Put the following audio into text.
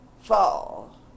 fall